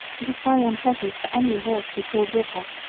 it was very unpleasant for any horse who pulled with her,